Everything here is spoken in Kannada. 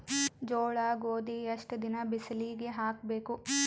ಜೋಳ ಗೋಧಿ ಎಷ್ಟ ದಿನ ಬಿಸಿಲಿಗೆ ಹಾಕ್ಬೇಕು?